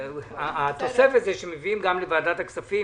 התוספת זה שמביאים גם לוועדת הכספים.